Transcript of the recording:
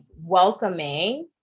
welcoming